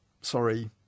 sorry